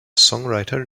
songwriter